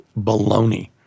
baloney